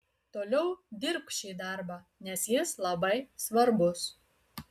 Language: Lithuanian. toliau dirbk šį darbą nes jis labai svarbus